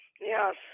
Yes